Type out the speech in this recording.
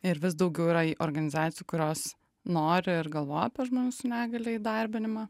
ir vis daugiau yra organizacijų kurios nori ir galvoja apie žmogų su negalia įdarbinimą